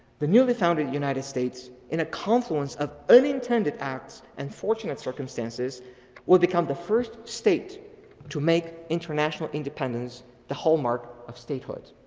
the newly founded united states in a confluence confluence of early intended acts and fortunate circumstances will become the first state to make international independence the whole mark of statehood.